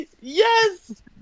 Yes